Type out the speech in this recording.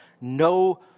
no